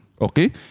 Okay